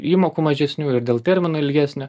įmokų mažesnių ir dėl termino ilgesnio